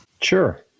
Sure